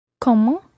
Comment